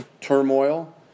turmoil